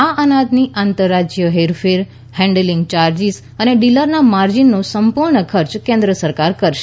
આ અનાજની આંતર રાજ્ય હેરફેર હેન્ડલિંગ યાર્જિંસ અને ડીલરના માર્જિનનો સંપૂર્ણ ખર્ચ કેન્દ્ર સરકાર કરશે